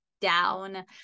down